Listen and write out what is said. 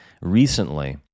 Recently